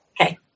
Okay